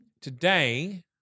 today